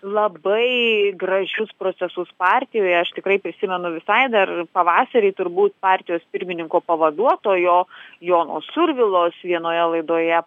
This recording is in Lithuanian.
labai gražius procesus partijoje aš tikrai prisimenu visai dar pavasarį turbūt partijos pirmininko pavaduotojo jono survilos vienoje laidoje